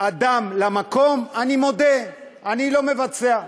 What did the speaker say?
בין אדם למקום, אני מודה, אני לא מבצע.